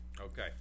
Okay